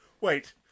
wait